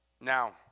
Now